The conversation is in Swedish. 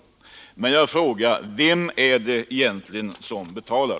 Men jag frågar: Vem är det egentligen som betalar?